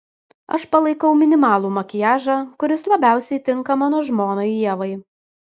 aš palaikau minimalų makiažą kuris labiausiai tinka mano žmonai ievai